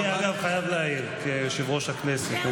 אני, אגב, חייב להעיר כיושב-ראש הכנסת.